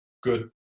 good